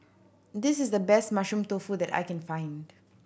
this is the best Mushroom Tofu that I can find